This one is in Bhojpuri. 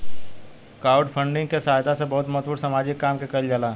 क्राउडफंडिंग के सहायता से बहुत महत्वपूर्ण सामाजिक काम के कईल जाला